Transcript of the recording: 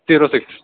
zero six